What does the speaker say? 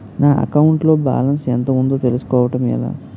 నా అకౌంట్ లో బాలన్స్ ఎంత ఉందో తెలుసుకోవటం ఎలా?